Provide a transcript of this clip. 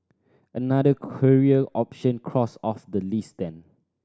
another career option crossed off the list then